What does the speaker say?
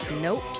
Nope